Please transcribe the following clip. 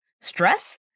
stress